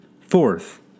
Fourth